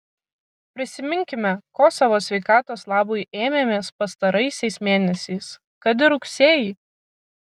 prisiminkime ko savo sveikatos labui ėmėmės pastaraisiais mėnesiais kad ir rugsėjį